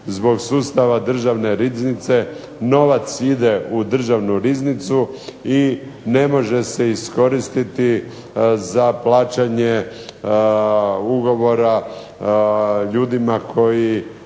zbog sustava Državne riznice novac ide u Državnu riznicu i ne može se iskoristiti za plaćanje ugovora ljudima koji